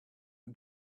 who